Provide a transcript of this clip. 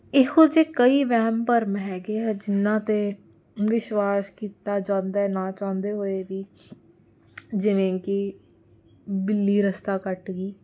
ਇਹੋ ਜਿਹੇ ਕਈ ਵਹਿਮ ਭਰਮ ਹੈਗੇ ਆ ਜਿਹਨਾਂ 'ਤੇ ਵਿਸ਼ਵਾਸ ਕੀਤਾ ਜਾਂਦਾ ਨਾ ਚਾਹੁੰਦੇ ਹੋਏ ਵੀ ਜਿਵੇਂ ਕਿ ਬਿੱਲੀ ਰਸਤਾ ਕੱਟ ਗਈ